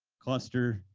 cluster.